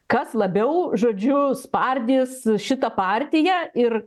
kas labiau žodžiu spardys šitą partiją ir